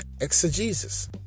Exegesis